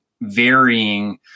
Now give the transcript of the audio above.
varying